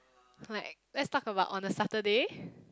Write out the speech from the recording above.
like let's talk about on a Saturday